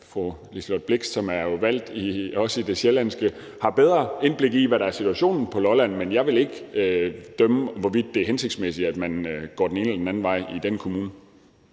fru Liselott Blixt, som jo er valgt i det sjællandske, har bedre indblik i, hvad der er situationen på Lolland. Men jeg vil ikke dømme om, hvorvidt det er hensigtsmæssigt, at man går den ene eller den anden vej i den kommune.